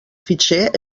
fitxer